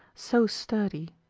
so sturdy?